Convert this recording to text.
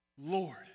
Lord